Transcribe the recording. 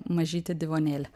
mažytį divonėlį